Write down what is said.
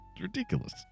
Ridiculous